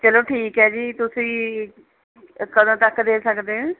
ਚਲੋ ਠੀਕ ਹੈ ਜੀ ਤੁਸੀਂ ਕਦੋਂ ਤੱਕ ਦੇ ਸਕਦੇ ਹੈ